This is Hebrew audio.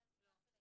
לא.